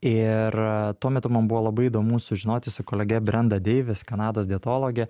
ir tuo metu man buvo labai įdomu sužinoti su kolege brenda deivis kanados dietologe